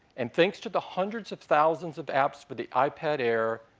and thanks to the hundreds of thousands of apps for the ipad air,